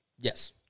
Yes